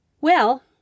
Well